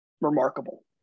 remarkable